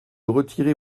retirer